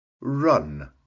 run